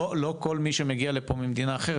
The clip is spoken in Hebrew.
לא כל מי שמגיע לפה ממדינה אחרת,